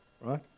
Right